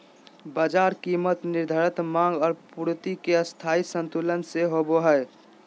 बाजार कीमत निर्धारण माँग और पूर्ति के स्थायी संतुलन से होबो हइ